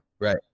Right